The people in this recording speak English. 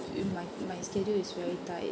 you my my schedule is very tight